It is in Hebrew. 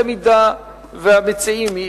אם המציעים,